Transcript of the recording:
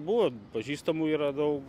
buvo pažįstamų yra daug